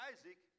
Isaac